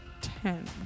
Ten